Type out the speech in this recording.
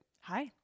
Hi